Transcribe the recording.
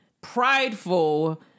prideful